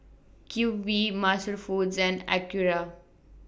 Q V Master Foods and Acura